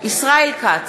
ישראל כץ,